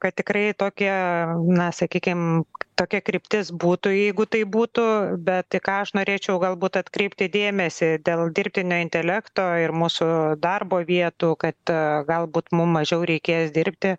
kad tikrai tokia na sakykim tokia kryptis būtų jeigu taip būtų bet į ką aš norėčiau galbūt atkreipti dėmesį dėl dirbtinio intelekto ir mūsų darbo vietų kad galbūt mum mažiau reikės dirbti